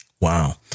Wow